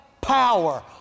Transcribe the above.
power